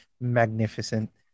magnificent